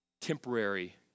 temporary